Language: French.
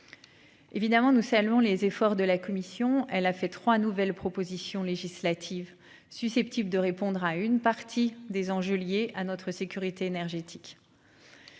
Évidemment nous saluons les efforts de la commission, elle a fait trois nouvelles propositions législatives susceptibles de répondre à une partie des enjeux liés à notre sécurité énergétique.--